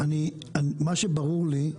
בעניין המקצועי, מה שברור לי הוא